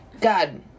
God